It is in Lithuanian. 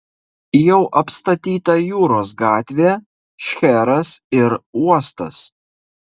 jau apstatyta jūros gatvė šcheras ir uostas